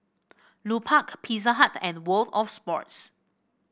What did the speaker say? Lupark Pizza Hut and World Of Sports